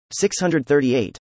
638